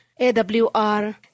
AWR